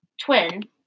twin